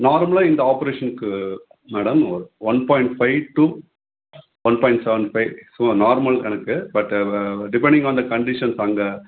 நார்மலாக இந்த ஆப்ரேஷனுக்கு madam one point five to one point seven five சும்மா நார்மல் கணக்கு பட்டு டிபெண்டிங் ஆன் த கண்டிஷன்ஸ் அங்கே